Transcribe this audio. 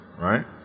right